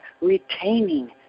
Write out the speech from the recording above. retaining